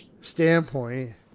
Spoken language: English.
standpoint